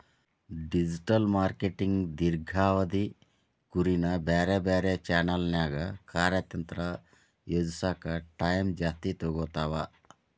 digital marketing ದೇರ್ಘಾವಧಿ ಗುರಿನ ಬ್ಯಾರೆ ಬ್ಯಾರೆ ಚಾನೆಲ್ನ್ಯಾಗ ಕಾರ್ಯತಂತ್ರ ಯೋಜಿಸೋಕ ಟೈಮ್ ಜಾಸ್ತಿ ತೊಗೊತಾವ